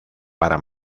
para